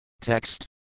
Text